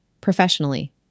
professionally